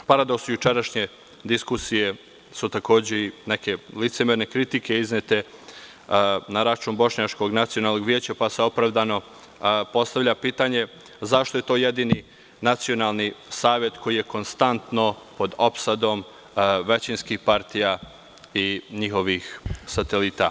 Paradoks jučerašnje diskusije su, takođe, i neke licemerne kritike iznete na račun Bošnjačkog nacionalnog veća, pa se opravdano postavlja pitanje – zašto je to jedini nacionalni savet koji je konstantno pod opsadom većinskih partija i njihovih satelita?